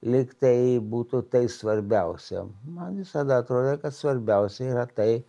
lyg tai būtų tai svarbiausia man visada atrodė kad svarbiausia yra tai